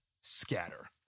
scatter